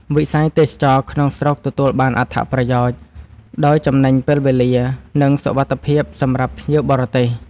វិស័យទេសចរណ៍ក្នុងស្រុកទទួលបានអត្ថប្រយោជន៍ ដោយចំណេញពេលវេលា និងសុវត្ថិភាពសម្រាប់ភ្ញៀវបរទេស។